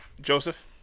Joseph